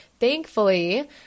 Thankfully